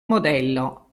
modello